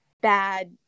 bad